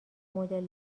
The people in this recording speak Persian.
مدل